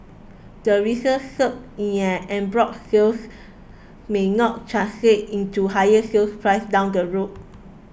the recent surge in en bloc sales may not translate into higher sale prices down the road